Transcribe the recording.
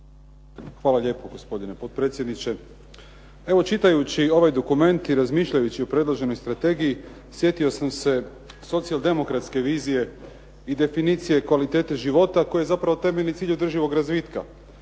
Hvala lijepo, gospodine potpredsjedniče. Evo, čitajući ovaj dokument i razmišljajući o predloženoj strategiji sjetio sam se socijal-demokratske vizije i definicije kvalitete života koja je zapravo temeljni cilj održivog razvitka.